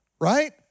right